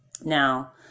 Now